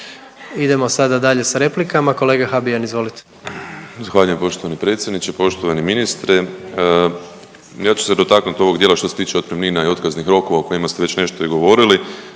Idemo sada dalje s replikama, kolega Habijan, izvolite. **Habijan, Damir (HDZ)** Zahvaljujem poštovani predsjedniče, poštovani ministre. Ja ću se dotaknuti ovog dijela što se tiče otpremnina i otkaznih rokova o kojima ste već nešto i govorili,